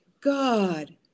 God